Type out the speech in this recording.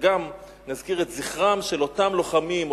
וגם נזכיר את זכרם של אותם לוחמים,